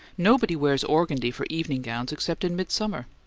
nobody wears organdie for evening gowns except in midsummer.